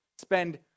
Spend